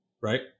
right